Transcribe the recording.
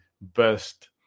best